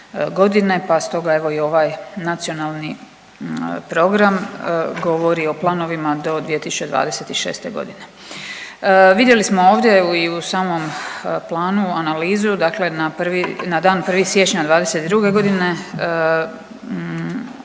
pa stoga evo i ovaj nacionalni program govori o planovima do 2026.g.. Vidjeli smo ovdje i u samom planu analizu dakle na prvi, na dan 1. siječnja '22.g.